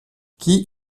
qui